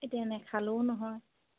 এতিয়া নেখালেও নহয়